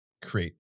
create